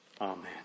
Amen